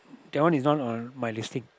that one you know or my lipstick